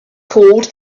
called